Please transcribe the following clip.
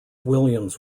williams